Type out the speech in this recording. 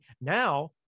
now